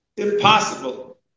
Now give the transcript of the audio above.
impossible